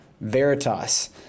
Veritas